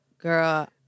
Girl